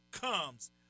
comes